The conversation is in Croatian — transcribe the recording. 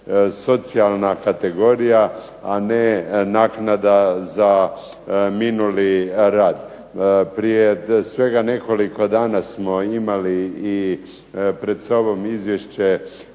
socijalna kategorija, a ne naknada za minuli rad. Prije svega nekoliko dana smo imali pred sobom izvješće